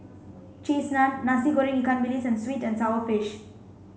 cheese naan Nasi Goreng Ikan Bilis and sweet and sour fish